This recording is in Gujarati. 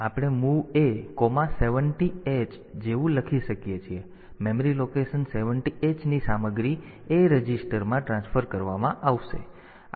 તેથી આપણે MOV A70h જેવા લખી શકીએ છીએ તેથી મેમરી લોકેશન 70h ની સામગ્રી A રજિસ્ટરમાં ટ્રાન્સફર કરવામાં આવશે